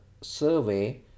survey